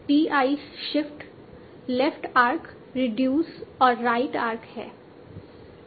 तो t i shift left arc reduce और right arc है